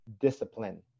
discipline